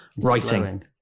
writing